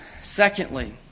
secondly